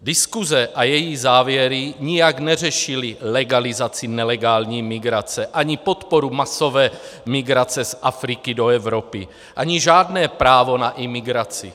Diskuse a její závěry nijak neřešily legalizaci nelegální migrace, ani podporu masové migrace z Afriky do Evropy, ani žádné právo na imigraci.